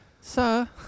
sir